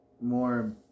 more